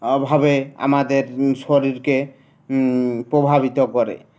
অভাবে আমাদের শরীরকে প্রভাবিত করে